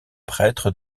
prêtres